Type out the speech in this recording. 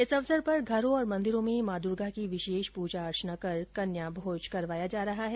इस अवसर पर घरों और मन्दिरों में माँ दुर्गा की विशेष पूजा अर्चना कर कन्या भोज करवाया जा रहा है